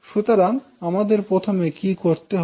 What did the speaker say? সুতরাং আমাদের প্রথম কি করতে হবে